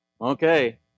Okay